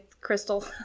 Crystal